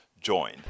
join